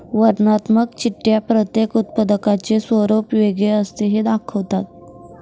वर्णनात्मक चिठ्ठ्या प्रत्येक उत्पादकाचे स्वरूप वेगळे असते हे दाखवतात